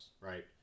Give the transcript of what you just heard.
right